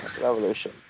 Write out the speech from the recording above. Revolution